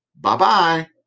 Bye-bye